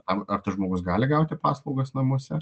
ar ar tas žmogus gali gauti paslaugas namuose